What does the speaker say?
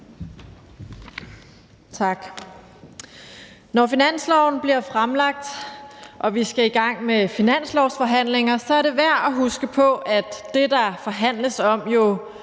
Når finanslovsforslaget bliver fremsat og vi skal i gang med finanslovsforhandlinger, er det værd at huske på, at det, der forhandles om,